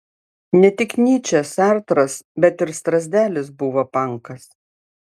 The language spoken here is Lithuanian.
ne tik nyčė sartras bet ir strazdelis buvo pankas